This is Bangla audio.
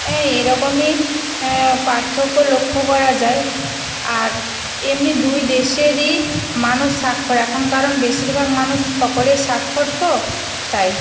এইরকমই পার্থক্য লক্ষ্য করা যায় আর এমনি দুই দেশেরই মানুষ স্বাক্ষর এখন কারণ বেশিরভাগ মানুষ সকলেই স্বাক্ষর তো তাই